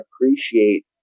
appreciate